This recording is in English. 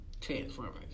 transformers